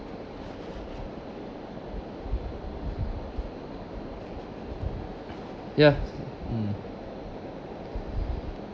ya mm